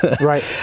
right